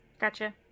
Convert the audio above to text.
Gotcha